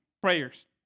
prayers